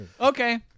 Okay